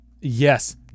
yes